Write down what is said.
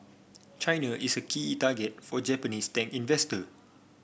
China is a key target for Japanese tech investor